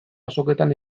azoketan